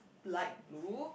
light blue